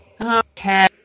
Okay